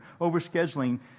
Overscheduling